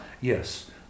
Yes